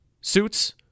suits